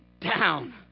down